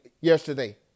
yesterday